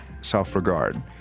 self-regard